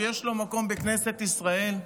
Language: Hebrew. יש לו מקום בכנסת ישראל?